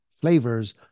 flavors